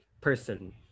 person